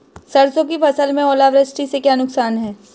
सरसों की फसल में ओलावृष्टि से क्या नुकसान है?